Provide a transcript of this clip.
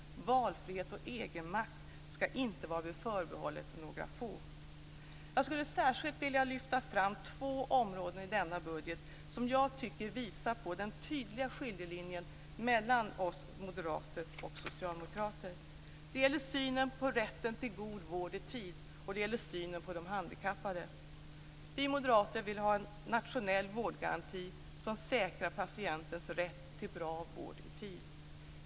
Valfrihet och egenmakt skall inte vara förbehållet några få. Jag skulle särskilt vilja lyfta fram två områden i denna budget som jag tycker visar på den tydliga skiljelinjen mellan oss moderater och socialdemokrater. Det gäller synen på rätten till god vård i tid, och det gäller synen på de handikappade. Vi moderater vill ha en nationell vårdgaranti som säkrar patientens rätt till bra vård i tid.